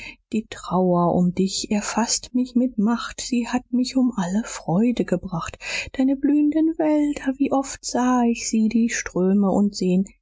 die trauer um dich erfaßt mich mit macht sie hat mich um alle freude gebracht deine blühenden wälder wie oft sah ich sie die ströme und seen